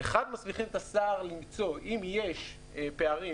אנחנו מסמיכים את השר למצוא אם יש פערים.